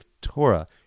Torah